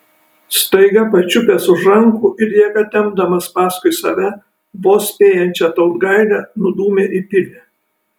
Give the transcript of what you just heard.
staiga pačiupęs už rankų ir jėga tempdamas paskui save vos spėjančią tautgailę nudūmė į pilį